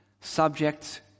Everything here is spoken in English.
subject